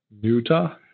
Utah